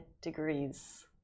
degrees